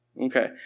Okay